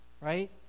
right